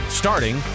starting